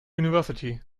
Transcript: university